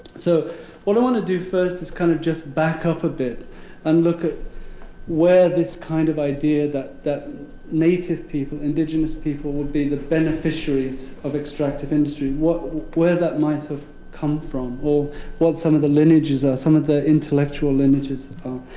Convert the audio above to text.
so what i want to do first is kind of just back up a bit and look at where this kind of idea that that native people, indigenous people, would be the beneficiaries of extractive industry where that might have come from or what some of the lineages are some of the intellectual lineages